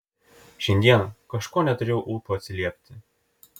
šiandien kažko neturėjau ūpo atsiliepti